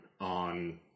on